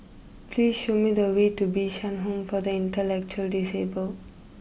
please show me the way to Bishan Home for the Intellectually Disabled